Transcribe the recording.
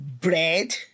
Bread